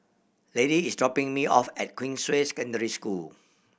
Lady is dropping me off at Queensway Secondary School